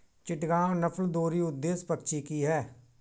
चिटगांव नस्ल दोहरी उद्देश्य पक्षी की है